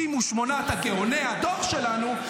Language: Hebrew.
68 גאוני הדור שלנו,